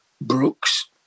Brooks